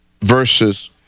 versus